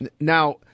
Now